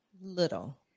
Little